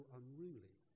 unruly